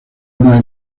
una